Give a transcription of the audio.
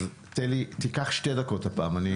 אז תיקח שתי דקות הפעם,